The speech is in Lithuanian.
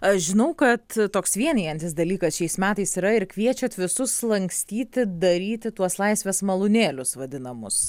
aš žinau kad toks vienijantis dalykas šiais metais yra ir kviečiat visus lankstyti daryti tuos laisvės malūnėlius vadinamus